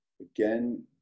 again